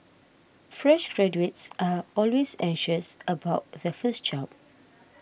fresh graduates are always anxious about their first job